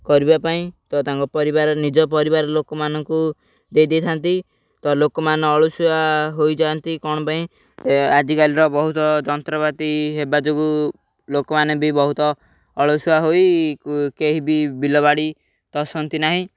କରିବା ପାଇଁ ତ ତାଙ୍କ ପରିବାର ନିଜ ପରିବାର ଲୋକମାନଙ୍କୁ ଦେଇଦେଇଥାନ୍ତି ତ ଲୋକମାନେ ଅଳସୁଆ ହୋଇଯାଆନ୍ତି କ'ଣ ପାଇଁ ଆଜିକାଲିର ବହୁତ ଯନ୍ତ୍ରପାତି ହେବା ଯୋଗୁଁ ଲୋକମାନେ ବି ବହୁତ ଅଳସୁଆ ହୋଇ କେହି ବି ବିଲବାଡ଼ି ତ ଆସନ୍ତି ନାହିଁ